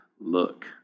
look